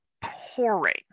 pouring